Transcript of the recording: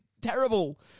terrible